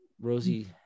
Rosie